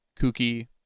kooky